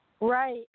Right